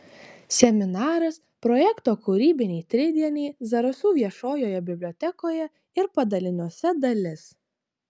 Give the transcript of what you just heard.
seminaras projekto kūrybiniai tridieniai zarasų viešojoje bibliotekoje ir padaliniuose dalis